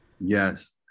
Yes